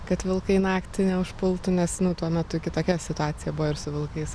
kad vilkai naktį neužpultų nes nu tuo metu kitokia situacija buvo ir su vilkais